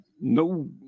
no